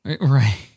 Right